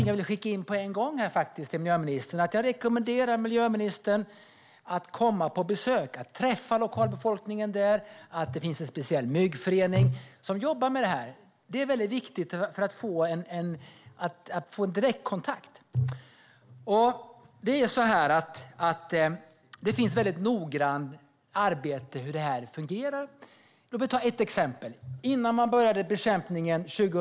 Jag vill säga på en gång till miljöministern att jag rekommenderar miljöministern att komma på besök och träffa lokalbefolkningen där. Det finns en speciell myggförening som jobbar med det här, och det är viktigt att få direktkontakt. Det finns ett noggrant arbete när det gäller det här. Låt mig ta ett exempel.